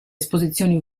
esposizioni